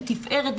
לתפארת,